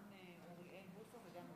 האמת היא שאני לא